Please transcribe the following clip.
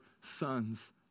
sons